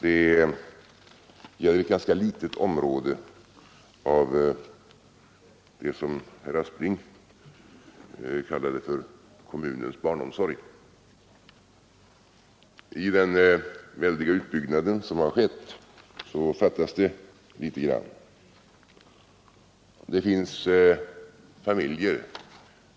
Det gäller ett ganska litet område av det som herr Aspling kallade för kommunens barnomsorg. I den väldiga utbyggnad som har skett fattas det litet grand.